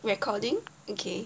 recording okay